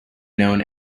known